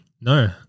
No